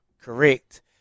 correct